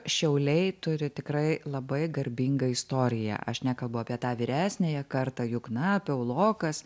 šiauliai turi tikrai labai garbingą istoriją aš nekalbu apie tą vyresniąją kartą jukna piaulokas